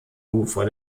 ufer